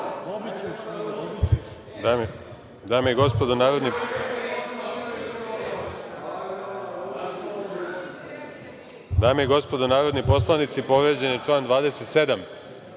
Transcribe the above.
Dame i gospodo narodni poslanici, povređen je član 27.